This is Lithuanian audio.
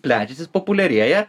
plečiasi jis populiarėja